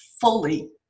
fully